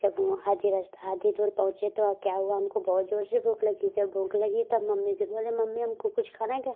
जब वहाँ आधी रास्ता आधी दूर पहुँचे तो वहाँ क्या हुआ हमको बहुत जोर से भूख लगी जब भूख लगी तब मम्मी से बोले मम्मी हमको कुछ खाना है